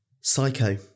Psycho